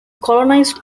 colonized